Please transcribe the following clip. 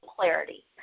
clarity